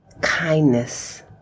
kindness